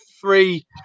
three